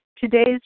Today's